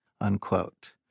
Unquote